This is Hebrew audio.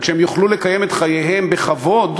וכשהם יוכלו לקיים את חייהם בכבוד,